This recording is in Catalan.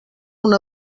una